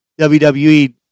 WWE